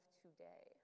today